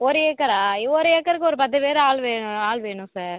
ஒரு ஏக்கரா ஒரு ஏக்கருக்கு ஒரு பத்து பேர் ஆள் வேணும் ஆள் வேணும் சார்